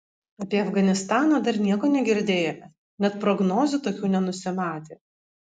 apie afganistaną dar nieko negirdėjome net prognozių tokių nenusimatė